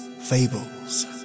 Fables